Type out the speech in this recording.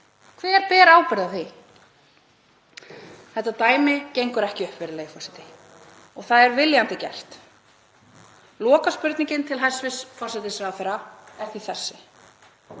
Hver ber ábyrgð á því? Þetta dæmi gengur ekki upp, virðulegi forseti, og það er viljandi gert. Lokaspurningin til hæstv. forsætisráðherra er því þessi: